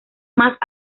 más